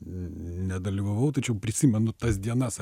nedalyvavau tačiau prisimenu tas dienas